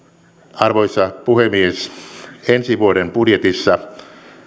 arvoisa puhemies ensi vuoden budjetissa